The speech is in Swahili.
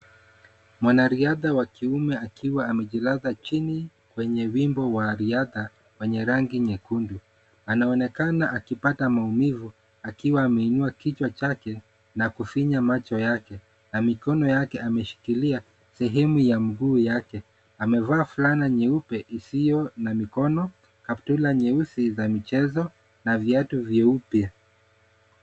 Mwanariadha wa kiume akiwa amejilaza chini kwenye wingu wa riadha wenye rangi nyekundu. Anaonekana akipata maumivu; akiwa ameinua kichwa chake na kufinya macho yake na mikono yake ameshikilia sehemu ya mguu yake. Amevaa fulana nyeupe isiyo na mikono, kaptula nyeusi za michezo na viatu vyeupe.